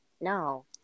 no